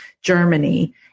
Germany